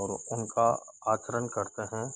और उनका आचरण करते हैं